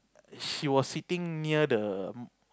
she was sitting near the